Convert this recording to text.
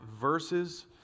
verses